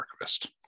Archivist